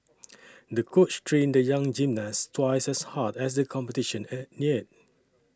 the coach trained the young gymnast twice as hard as the competition neared